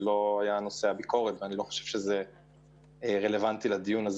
זה לא היה נושא הביקורת ואני לא חושב שזה רלוונטי לדיון.